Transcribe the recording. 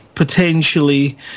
Potentially